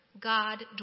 God